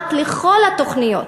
מודעת לכל התוכניות.